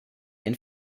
and